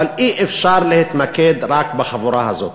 אבל אי-אפשר להתמקד רק בחבורה הזאת.